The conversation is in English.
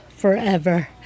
forever